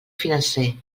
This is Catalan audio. financer